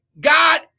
God